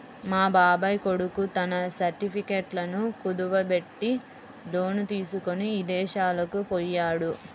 మా బాబాయ్ కొడుకు తన సర్టిఫికెట్లను కుదువబెట్టి లోను తీసుకొని ఇదేశాలకు పొయ్యాడు